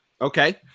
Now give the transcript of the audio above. Okay